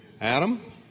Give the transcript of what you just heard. Adam